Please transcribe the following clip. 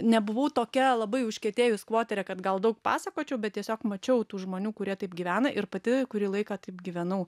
nebuvau tokia labai užkietėjus skvoterė kad gal daug pasakočiau bet tiesiog mačiau tų žmonių kurie taip gyvena ir pati kurį laiką taip gyvenau